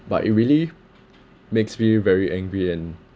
but it really makes me very angry and